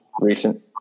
recent